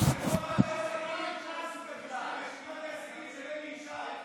רשימת ההישגים של אלי ישי.